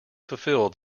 fulfil